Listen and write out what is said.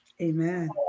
Amen